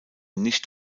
nicht